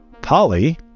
Polly